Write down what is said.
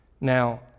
Now